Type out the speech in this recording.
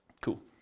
Cool